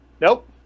Nope